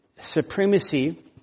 supremacy